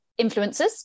influencers